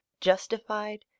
justified